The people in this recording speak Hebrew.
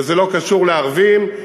וזה לא קשור לערבים,